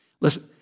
Listen